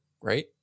right